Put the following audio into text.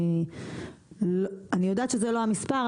אני יודעת שזה לא המספר,